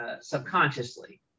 subconsciously